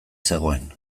zegoen